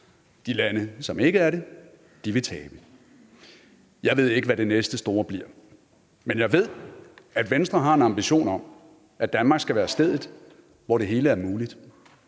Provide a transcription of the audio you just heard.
De lande, som ikke er det, vil tabe. Jeg ved ikke, hvad det næste store bliver, men jeg ved, at Venstre har en ambition om, at Danmark skal være stedet, hvor det hele er muligt.